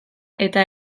eta